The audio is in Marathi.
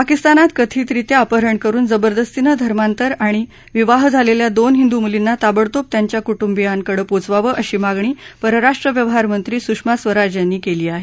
पाकिस्तानात कथीतरित्या अपहरण करुन जबरदस्तीनं धर्मांतर आणि विवाह झालेल्या दोन हिंदू मुलींना ताबडतोब त्यांच्या कुंडुंबियांकडे पोचवावं अशी मागणी परराष्ट्र व्यवहार मंत्री सुषमा स्वराज यांनी केली आहे